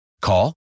Call